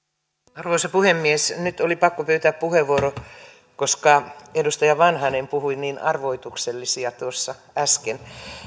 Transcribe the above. arvoisa puhemies nyt oli pakko pyytää puheenvuoro koska edustaja vanhanen puhui niin arvoituksellisia äsken